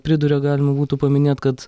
priduria galima būtų paminėt kad